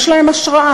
יש להם השראה.